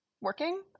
working